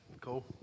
Cool